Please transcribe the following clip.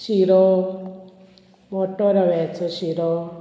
शिरो वोटो रव्याचो शिरो